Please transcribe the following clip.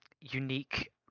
unique